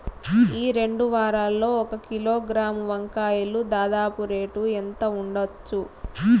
ఈ రెండు వారాల్లో ఒక కిలోగ్రాము వంకాయలు దాదాపు రేటు ఎంత ఉండచ్చు?